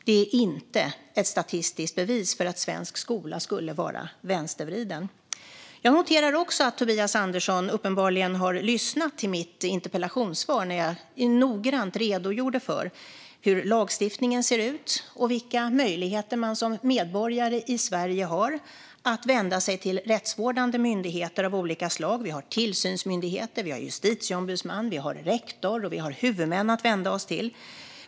Det är inte ett statistiskt bevis för att svensk skola är vänstervriden. Jag noterar också att Tobias Andersson uppenbarligen har lyssnat på mitt interpellationssvar, där jag noggrant redogjorde för hur lagstiftningen ser ut och vilka möjligheter man som medborgare i Sverige har att vända sig till rättsvårdande myndigheter av olika slag. Vi har tillsynsmyndigheter, Justitieombudsmannen, rektorer och huvudmän att vända oss till.